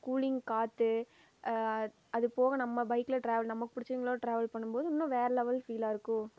cooling காற்று அது போக நம்ம பைக்கில் ட்ராவல் நமக்கு பிடிச்சவிங்களோடு ட்ராவல் பண்ணும் போது இன்னும் வேறு லெவல் ஃபீலாக இருக்கும்